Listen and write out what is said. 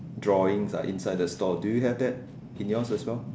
drawings ah inside the store do you have that in yours as well